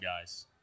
guys